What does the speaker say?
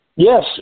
Yes